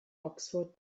oxford